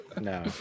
no